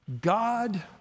God